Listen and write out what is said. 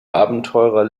abenteurer